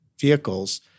vehicles